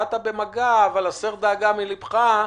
באת במגע אבל הסר דאגה מלבך,